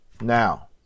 now